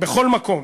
בכל מקום.